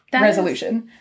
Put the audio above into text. resolution